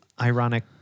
ironic